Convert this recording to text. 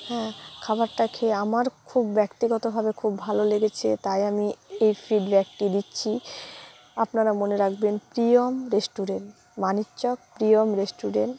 হ্যাঁ খাবারটা খেয়ে আমার খুব ব্যক্তিগতভাবে খুব ভালো লেগেছে তাই আমি এই ফিডব্যাকটি দিচ্ছি আপনারা মনে রাখবেন প্রিয়ম রেস্টুরেন্ট মানিকচক প্রিয়ম রেস্টুরেন্ট